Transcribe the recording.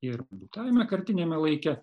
ir būtajame kartiniame laike